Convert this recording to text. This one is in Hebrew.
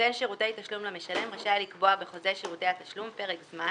נותן שירותי תשלום למשלם רשאי לקבוע בחוזה שירותי התשלום פרק זמן